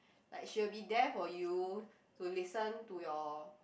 like she will be there for you to listen to your